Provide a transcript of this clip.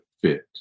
fit